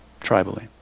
tribally